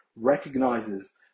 recognizes